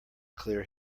clear